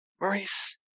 Maurice